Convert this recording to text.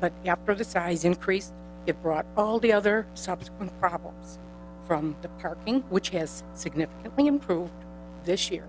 but after the size increase it brought all the other subsequent problems from the park which has significantly improved this year